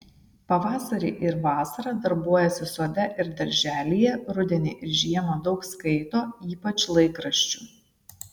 pavasarį ir vasarą darbuojasi sode ir darželyje rudenį ir žiemą daug skaito ypač laikraščių